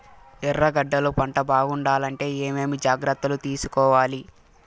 ఎర్రగడ్డలు పంట బాగుండాలంటే ఏమేమి జాగ్రత్తలు తీసుకొవాలి?